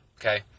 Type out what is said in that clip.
okay